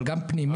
אבל גם פנימי.